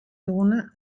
duguna